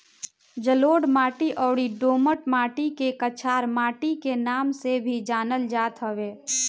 जलोढ़ माटी अउरी दोमट माटी के कछार माटी के नाम से भी जानल जात हवे